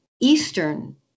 Eastern